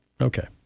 Okay